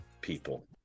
people